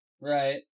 Right